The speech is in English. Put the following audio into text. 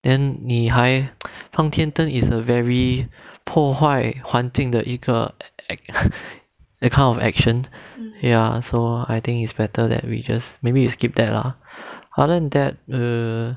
then 你还放天灯 is a very 破坏环境的一个 act a kind of action ya so I think it's better that we just maybe we skip that lah other than that err